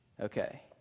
Okay